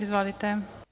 Izvolite.